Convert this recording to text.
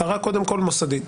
הערה קודם כול מוסדית.